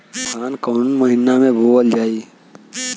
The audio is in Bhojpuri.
धान कवन महिना में बोवल जाई?